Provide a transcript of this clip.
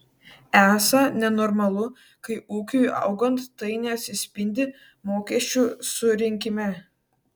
esą nenormalu kai ūkiui augant tai neatsispindi mokesčių surinkime